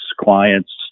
clients